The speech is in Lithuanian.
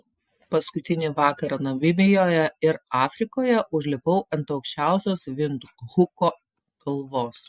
paskutinį vakarą namibijoje ir afrikoje užlipau ant aukščiausios vindhuko kalvos